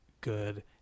good